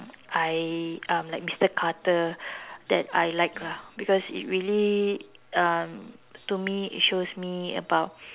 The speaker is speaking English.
I um like Mister Carter that I like lah because it really um to me it shows me about